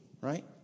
right